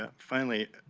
ah finally,